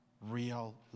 real